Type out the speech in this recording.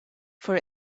for